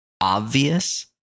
obvious